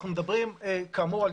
כאמור,